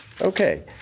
Okay